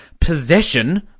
Possession